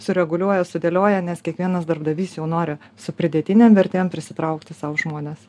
sureguliuoja sudėlioja nes kiekvienas darbdavys jau nori su pridėtinėm verte prisitraukti sau žmones